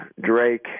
Drake